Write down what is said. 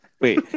Wait